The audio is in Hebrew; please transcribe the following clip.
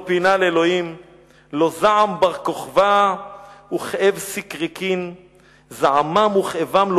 לא פינה לאלוהים / לא זעם בר-כוכבא וכאב סיקריקין / זעמם וכאבם לא